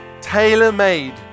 tailor-made